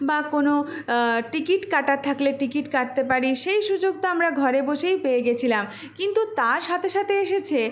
বা কোনো টিকিট কাটার থাকলে টিকিট কাটতে পারি সেই সুযোগটা আমরা ঘরে বসেই পেয়ে গিয়েছিলাম কিন্তু তার সাথে সাথে এসেছে